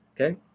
Okay